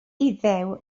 iddew